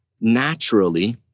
naturally